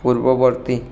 পূর্ববর্তী